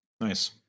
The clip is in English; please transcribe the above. Nice